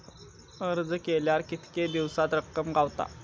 अर्ज केल्यार कीतके दिवसात रक्कम गावता?